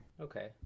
okay